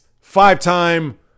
five-time